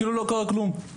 כאילו לא קרה כלום.